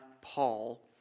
Paul